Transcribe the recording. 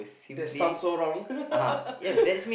that sound so wrong